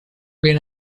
been